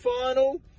final